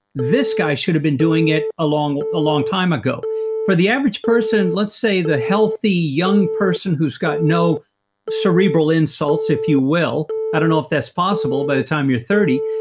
this guy should have been doing it a long long time ago for the average person, let's say the healthy young person who's got no cerebral insults if you will, i don't know if that's possible by the time you're thirty.